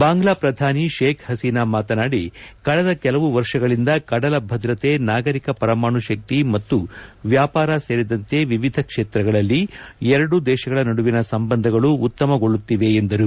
ಬಾಂಗ್ಲಾ ಪ್ರಧಾನಿ ಶೇಖ್ ಹಸೀನಾ ಮಾತನಾಡಿ ಕಳೆದ ಕೆಲವು ವರ್ಷಗಳಿಂದ ಕಡಲ ಭದ್ರತೆ ನಾಗರಿಕ ಪರಮಾಣು ಶಕ್ತಿ ಮತ್ತು ವ್ಯಾಪಾರ ಸೇರಿದಂತೆ ವಿವಿಧ ಕ್ಷೇತ್ರಗಳಲ್ಲಿ ಎರಡೂ ದೇಶಗಳ ನಡುವಿನ ಸಂಬಂಧಗಳು ಉತ್ತಮಗೊಳ್ಳುತ್ತಿವೆ ಎಂದರು